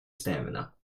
stamina